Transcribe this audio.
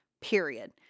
Period